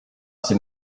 c’est